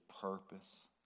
purpose